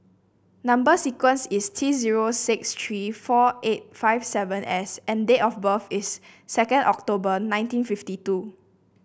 number sequence is T zero six three four eight five seven S and date of birth is second October nineteen fifty two